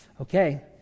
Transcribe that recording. okay